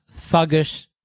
thuggish